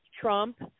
Trump